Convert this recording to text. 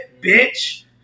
bitch